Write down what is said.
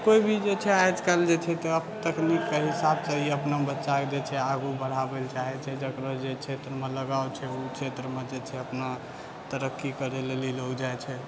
तऽ कोइ भी जे छै आजकल जे छै तकनीकके हिसाबसँ ही अपना बच्चाके जे छै आगू बढ़ाबैला चाहै छै जकरो जे क्षेत्रमे लगाव छै उ क्षेत्रमे अपना तरक्की करैला लेलो जाइ छै